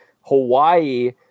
Hawaii